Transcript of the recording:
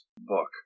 book